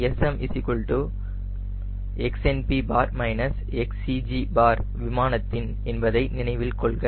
SM XNP XCG விமானத்தின் என்பதை நினைவில் கொள்க